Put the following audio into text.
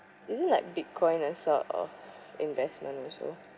isn't like Bitcoin a sort of investment also